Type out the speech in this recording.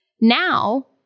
Now